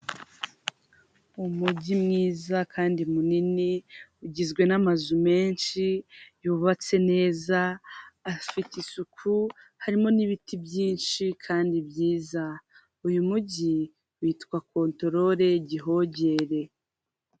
Ameza afite ibara ry'igitaka ariho indangururajwi ifite ibara ry'umukara, idarapo rifite ibara ry'ubururu, icyatsi ndetse n'umuhondo, hakaba hariho abantu babiri bicaye bambaye ikote rifite ibara ry'ubururu, karuvati ifite ibara ry'ubururu ndetse n'ishati y'umweru, ikoti ry'umukara, hakaba hariho ishati y'umweru na karavati ifite iba ry'umweru.